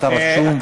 אתה רשום,